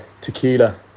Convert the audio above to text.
tequila